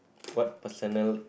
what personal